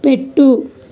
పెట్టు